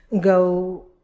go